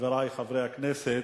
חברי חברי הכנסת,